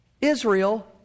Israel